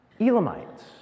Elamites